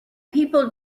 people